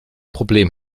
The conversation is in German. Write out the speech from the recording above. problem